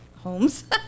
homes